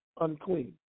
unclean